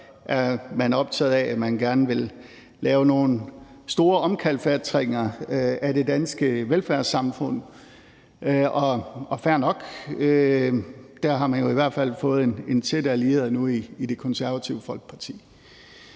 er man optaget af, at man gerne vil lave nogle store omkalfatringer af det danske velfærdssamfund, og det er fair nok. Der har man jo i hvert fald nu fået en tæt allieret i Det Konservative Folkeparti.